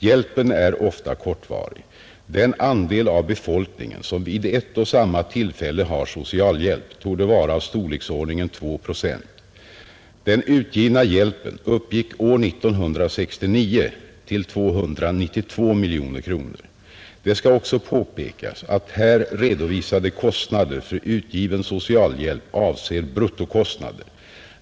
Hjälpen är ofta kortvarig. Den andel av befolkningen som vid ett och samma tillfälle har socialhjälp torde vara av storleksordningen 2 procent. Den utgivna hjälpen uppgick år 1969 till 292 miljoner kronor. Det skall också påpekas att här redovisade kostnader för utgiven socialhjälp avser bruttokostnader.